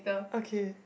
okay